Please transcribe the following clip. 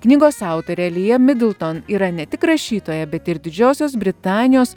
knygos autorė lija midlton dėl to yra ne tik rašytoja bet ir didžiosios britanijos